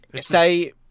say